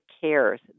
cares